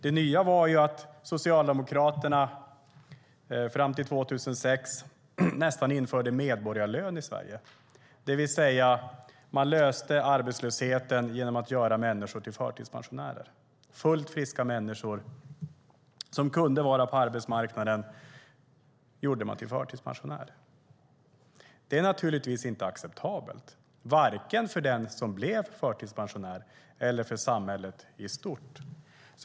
Det nya var att Socialdemokraterna fram till 2006 nästan införde medborgarlön i Sverige, det vill säga att man löste arbetslöshetsproblemet genom att göra människor till förtidspensionärer. Det var fullt friska människor som kunde vara på arbetsmarknaden som man gjorde till förtidspensionärer. Det är naturligtvis inte acceptabelt, varken för den som blev förtidspensionär eller för samhället i stort.